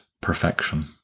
perfection